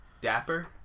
Dapper